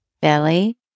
belly